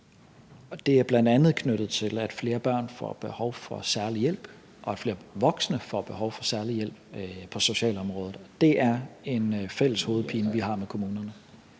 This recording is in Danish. Det er bl.a. knyttet til, at flere børn får behov for særlig hjælp, og at flere voksne får behov for særlig hjælp på socialområdet. Det er en hovedpine, vi har fælles med kommunerne.